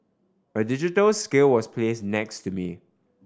a digital scale was place next to me